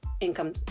income